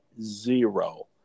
zero